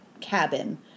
cabin